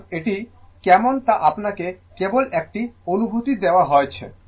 সুতরাং এটি কেমন তা আপনাকে কেবল একটি অনুভূতি দেওয়া হয়েছে